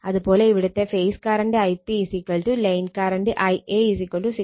അത് പോലെ ഇവിടുത്തെ phase current Ip line current Ia 6